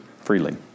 Freely